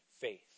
faith